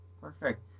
perfect